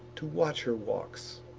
to watch her walks,